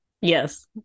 Yes